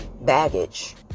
baggage